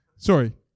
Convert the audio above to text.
Sorry